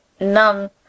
None